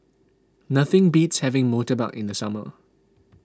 nothing beats having Murtabak in the summer